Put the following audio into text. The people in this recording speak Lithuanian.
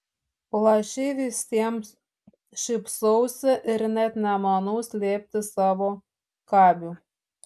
plačiai visiems šypsausi ir net nemanau slėpti savo kabių